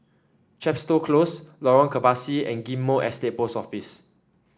Chepstow Close Lorong Kebasi and Ghim Moh Estate Post Office